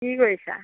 কি কৰিছা